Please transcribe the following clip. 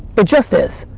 it just is.